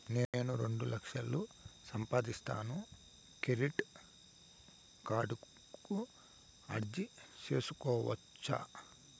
నేను రెండు లక్షలు సంపాదిస్తాను, క్రెడిట్ కార్డుకు అర్జీ సేసుకోవచ్చా?